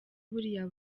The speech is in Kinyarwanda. buriya